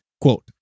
quote